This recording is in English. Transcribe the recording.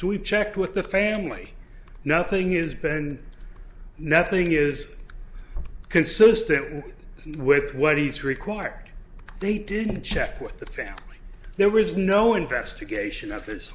s we checked with the family nothing is been nothing is consistent with what is required they didn't check with the family there was no investigation